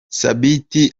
sabiti